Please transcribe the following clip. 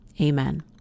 Amen